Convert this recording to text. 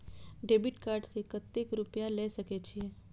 Debit card से कतेक रूपया ले सके छै?